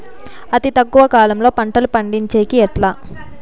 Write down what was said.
అతి తక్కువ కాలంలో పంటలు పండించేకి ఎట్లా?